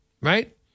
Right